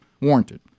warranted